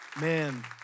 Man